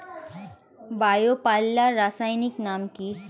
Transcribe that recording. Bio পাল্লার রাসায়নিক নাম কি?